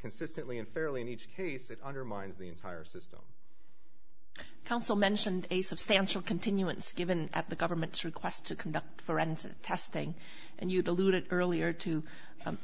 consistently and fairly in each case it undermines the entire system counsel mentioned a substantial continuance given at the government's request to conduct forensic testing and you deluded earlier to